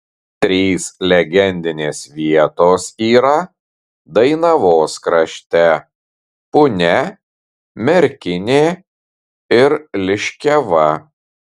trys legendinės vietos yra dainavos krašte punia merkinė ir liškiava